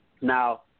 Now